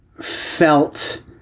felt